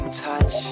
touch